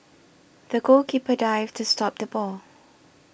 the goalkeeper dived to stop the ball